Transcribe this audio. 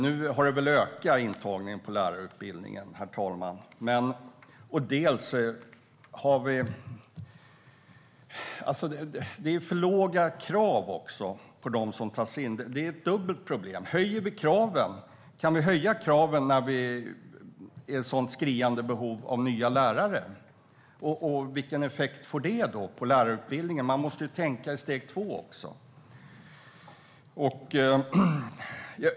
Nu har väl intagningen till lärarutbildningen ökat. Det är också för låga krav på dem som tas in. Det är ett dubbelt problem. Kan vi höja kraven när det är ett så skriande behov av nya lärare? Vilken effekt får det på lärarutbildningen? Man måste tänka i steg två också.